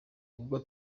google